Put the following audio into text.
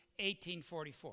1844